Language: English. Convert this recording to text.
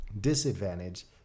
Disadvantage